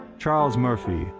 charles murphy,